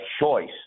choice